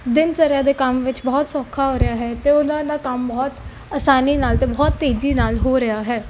ਦਿਨਚਰਿਆ ਦੇ ਕੰਮ ਵਿੱਚ ਬਹੁਤ ਸੌਖਾ ਹੋ ਰਿਹਾ ਹੈ ਅਤੇ ਉਹਨਾਂ ਦਾ ਕੰਮ ਬਹੁਤ ਆਸਾਨੀ ਨਾਲ ਅਤੇ ਬਹੁਤ ਤੇਜ਼ੀ ਨਾਲ ਹੋ ਰਿਹਾ ਹੈ